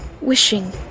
wishing